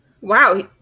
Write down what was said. Wow